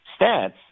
stats